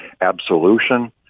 absolution